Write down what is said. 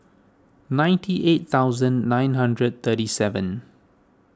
ninety eight thousand nine hundred thirty seven